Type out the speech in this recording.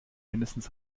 mindestens